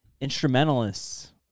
instrumentalists